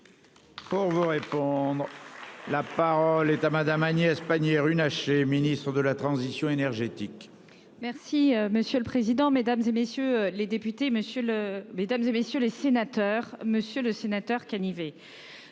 Pour vous répondre. La parole est à madame Agnès. Pannier-Runacher Ministre de la Transition énergétique. Merci monsieur le président, Mesdames, et messieurs les députés, Monsieur le mesdames et messieurs les sénateurs, Monsieur le Sénateur Canivez.